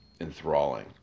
enthralling